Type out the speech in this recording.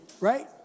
Right